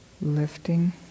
Lifting